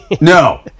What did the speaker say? No